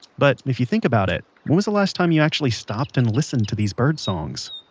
but, if you think about it, when was the last time you actually stopped and listened to these birdsongs?